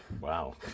Wow